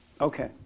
Okay